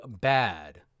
bad